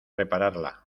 repararla